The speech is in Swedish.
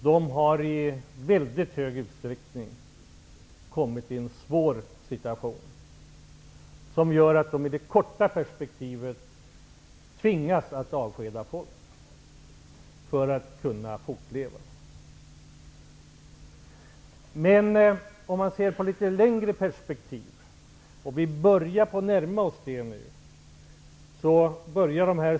De har i hög utsträckning kommit i en svår situation. I det korta perspektivet tvingas de att avskeda folk för att kunna fortleva. Vi kan se detta i ett litet längre perspektiv.